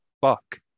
fuck